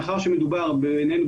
מאחר שמדובר בעינינו,